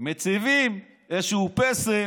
מציבים איזשהו פסל